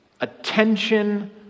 Attention